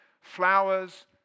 flowers